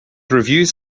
reviews